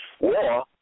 war